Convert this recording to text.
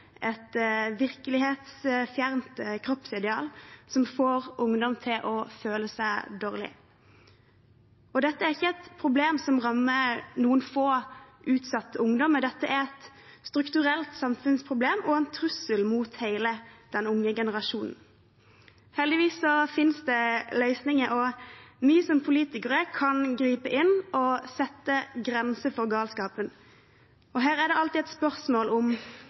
et virkelighetsfjernt kroppsideal som får ungdom til å føle seg dårlige. Og dette er ikke et problem som rammer noen få utsatte ungdommer. Dette er et strukturelt samfunnsproblem og en trussel mot hele den unge generasjonen. Heldigvis finnes det løsninger, og vi som politikere kan gripe inn og sette grenser for galskapen. Her er det alltid et spørsmål om hvor langt vi som politikere skal gå, et spørsmål om